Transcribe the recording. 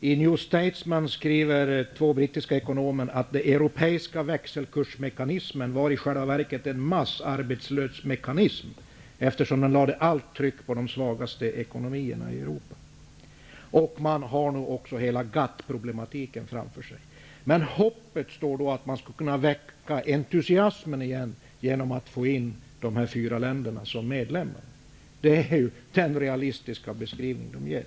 I New Statesman skriver två brittiska ekonomer att den europeiska växelkursmekanismen i själva verket var en massarbetslöshetsmekanism, eftersom den lade allt tryck på de svagaste ekonomierna i Europa. EG har också hela GATT-problematiken framför sig. Men hoppet står till att man igen skall kunna väcka entusiasmen, genom att man får in de fyra länderna som medlemmar. Det är den realistiska beskrivning som man ger.